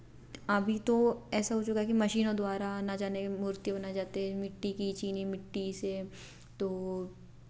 अभी तो ऐसा हो चुका है कि मशीनों द्वारा न जाने मूर्ति बनाए जाते हैं मिट्टी की चीनी मिट्टी से तो